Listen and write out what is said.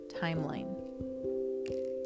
timeline